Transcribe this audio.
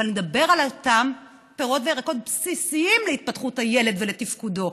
אבל נדבר על אותם פירות וירקות בסיסיים להתפתחות הילד ולתפקודו.